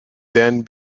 then